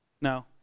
No